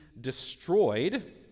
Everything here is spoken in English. destroyed